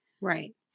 Right